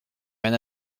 rien